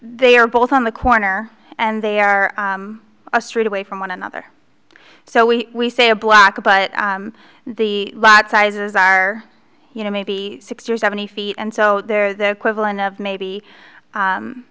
they are both on the corner and they are a straight away from one another so we say a block but the lot sizes are you know maybe sixty or seventy feet and so they're they're quibbling of maybe